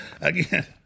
Again